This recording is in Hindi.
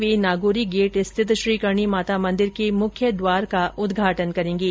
वे नागौरी गेट स्थित श्री करणी माता मंदिर के मुख्य द्वार का उद्घाटन करेंगे